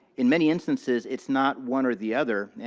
in many instances, it's not one or the other.